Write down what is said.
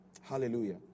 Hallelujah